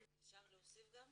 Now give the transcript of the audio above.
אפשר לעזור?